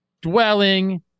dwelling